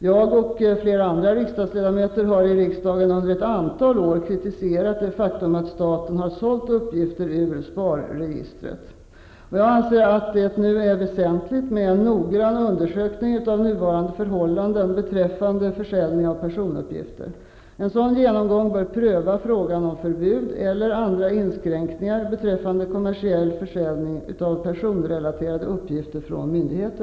Jag och flera andra riksdagsledamöter har i riksdagen under ett antal år kritiserat det faktum att staten sålt uppgifter ur SPAR-registret. Jag anser att det nu är väsentligt med en noggrann undersökning av nuvarande förhållanden beträffande försäljning av personuppgifter. En sådan genomgång bör pröva frågan om förbud eller andra inskränkningar beträffande kommersiell försäljning av personrelaterade uppgifter från myndigheter.